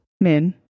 min